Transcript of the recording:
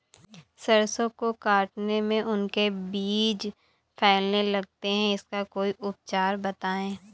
सरसो को काटने में उनके बीज फैलने लगते हैं इसका कोई उपचार बताएं?